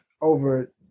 over